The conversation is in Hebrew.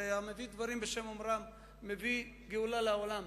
והמביא דברים בשם אומרם מביא גאולה לעולם.